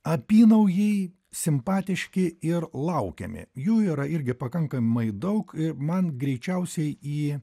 apynaujai simpatiški ir laukiami jų yra irgi pakankamai daug ir man greičiausiai į